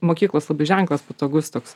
mokyklos ženklas patogus toks